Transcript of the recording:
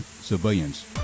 civilians